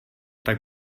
tak